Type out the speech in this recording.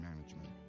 management